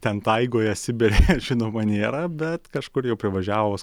ten taigoje sibire žinoma nėra bet kažkur jau privažiavus